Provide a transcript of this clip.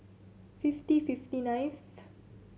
fifty fifty ninth